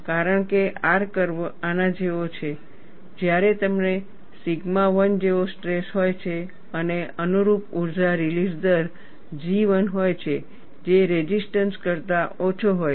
કારણ કે R curve આના જેવો છે જ્યારે તમને સિગ્મા 1 જેવો સ્ટ્રેસ હોય છે અને અનુરૂપ ઊર્જા રીલીઝ દર G1 હોય છે જે રેઝિસ્ટન્સ કરતા ઓછો હોય છે